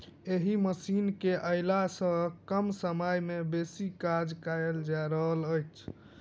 एहि मशीन केअयला सॅ कम समय मे बेसी काज कयल जा रहल अछि